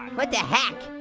what the heck?